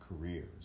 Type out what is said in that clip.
careers